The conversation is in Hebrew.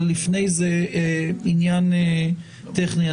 לפני זה עניין טכני.